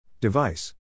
Device